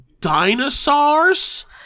dinosaurs